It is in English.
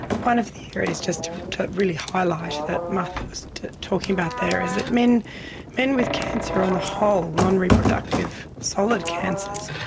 one of the areas just to really highlight that martha was talking about there is that men men with cancer on the whole, nonreproductive solid cancers,